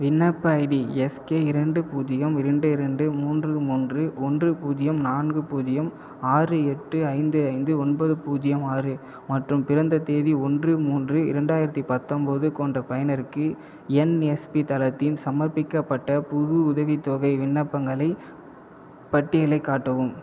விண்ணப்ப ID S K இரண்டு பூஜ்ஜியம் இரண்டு இரண்டு மூன்று மூன்று ஒன்று பூஜ்ஜியம் நான்கு பூஜ்ஜியம் ஆறு எட்டு ஐந்து ஐந்து ஒன்பது பூஜ்ஜியம் ஆறு மற்றும் பிறந்த தேதி ஒன்று மூன்று இரண்டாயிரத்தி பத்தொம்போது கொண்ட பயனருக்கு என்எஸ்பி தளத்தில் சமர்ப்பிக்கப்பட்ட புது உதவித்தொகை விண்ணப்பங்களின் பட்டியலைக் காட்டவும்